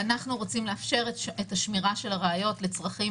ואנחנו רוצים לאפשר את השמירה של הראיות לצרכים